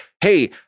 hey